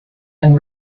and